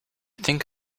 think